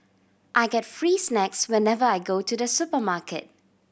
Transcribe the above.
I get free snacks whenever I go to the supermarket